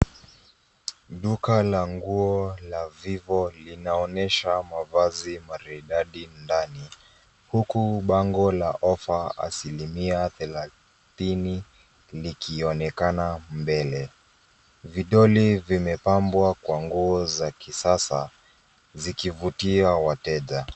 Duka la nguo la Vivo linaonyesha mavazi maridadi ndani huku bango la ofa asilimia thelathini likionekana mbele. Vidoli vimepambwa kwa nguo za kisasa zikivutia wateja.